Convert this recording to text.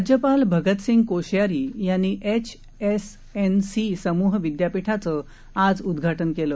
राज्यपाल भगतसिंग कोश्यारी यांनी एचएसएनसी समूह विद्यापीठाचं आज उद्घाटन केलं